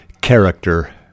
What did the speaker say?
character